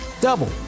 double